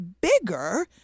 bigger